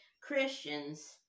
Christians